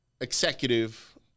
executive